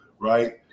right